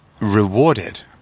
rewarded